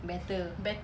better